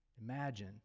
Imagine